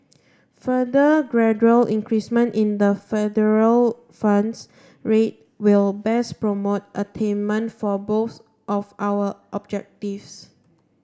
further gradual increasement in the federal funds rate will best promote attainment for both of our objectives